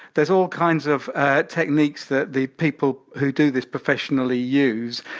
there's all kinds of techniques that the people who do this professionally use.